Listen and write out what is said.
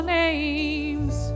names